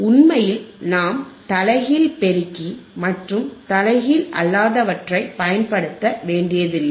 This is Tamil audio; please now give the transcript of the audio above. உண்மையில் நாம் தலைகீழ் பெருக்கி மற்றும் தலைகீழ் அல்லாதவற்றைப் பயன்படுத்த வேண்டியதில்லை